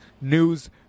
news